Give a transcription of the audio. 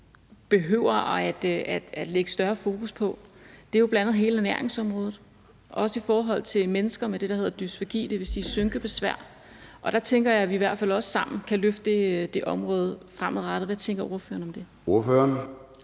behøver at lægge et større fokus på, er bl.a. hele ernæringsområdet, også i forhold til mennesker med det, der hedder dysfagi, dvs. synkebesvær. Der tænker jeg i hvert fald, at vi også sammen kan løfte det område fremadrettet. Hvad tænker ordføreren om det?